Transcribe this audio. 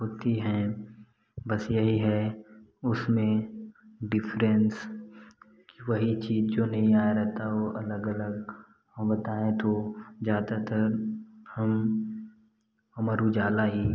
होती हैं बस यही है उसमें डिफ़्रेंस कि वही चीज जो नहीं आ रहा था वो अलग अलग हम बताऍं तो ज़्यादातर हम अमर उजाला ही